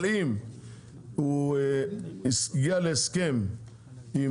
אבל אם הוא הגיע להסכם עם